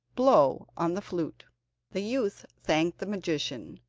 blow on the flute the youth thanked the magician,